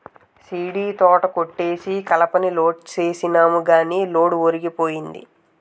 సీడీతోట కొట్టేసి కలపని లోడ్ సేసినాము గాని లోడు ఒరిగిపోయింది